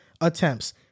attempts